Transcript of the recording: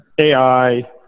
AI